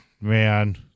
man